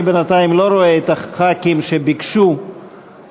אני בינתיים לא רואה את חברי הכנסת שביקשו לדבר.